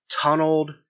tunneled